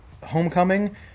Homecoming